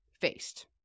faced